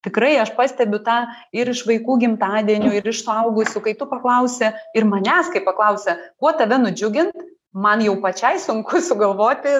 tikrai aš pastebiu tą ir iš vaikų gimtadienių ir iš suaugusių kai tu paklausi ir manęs kai paklausia kuo tave nudžiugint man jau pačiai sunku sugalvoti